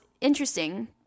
interesting